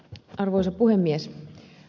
arvoisa puhemies